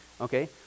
Okay